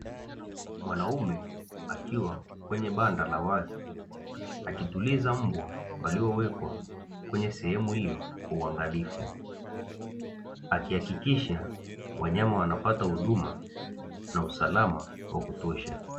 Mwanaume akiwa kwenye banda la wazi akituliza mbwa waliowekwa kwenye sehemu hiyo kwa uangalifu, akihakikisha wanyama wanapata huduma na usalama wa kutosha.